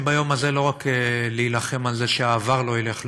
צריכים ביום הזה לא רק להילחם על זה שהעבר לא ילך לאיבוד,